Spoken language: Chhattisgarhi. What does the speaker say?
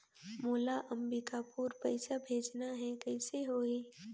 मोला अम्बिकापुर पइसा भेजना है, कइसे होही?